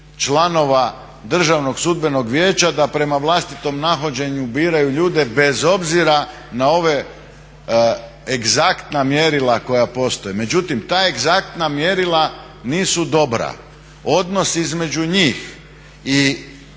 članova Državnog sudbenog vijeća da prema vlastitom nahođenju biraju ljude bez obzira na ove egzaktna mjerila koja postoje. Međutim, ta egzaktna mjerila nisu dobra. Odnos između njih i